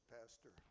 Pastor